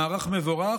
מערך מבורך,